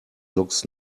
looks